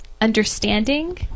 understanding